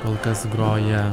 kol kas groja